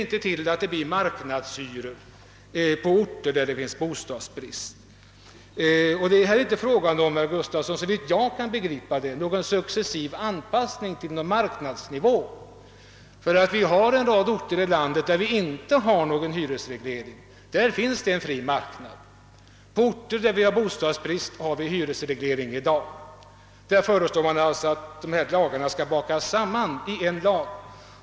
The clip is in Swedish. Vi vill inte åstadkomma marknadshyror på orter där det finns bostadsbrist. Såvitt jag kan förstå, herr Gustafsson, är det inte fråga om någon successiv anpassning till marknadsnivån. På en rad orter här i landet har man inte någon hyresreglering och där finns det alltså en fri marknad. På orter där det råder bostadsbrist har vi i dag hyresreglering. För dessa orter föreslår man nu att dessa tre lagar skall bakas samman i en lag.